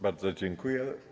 Bardzo dziękuję.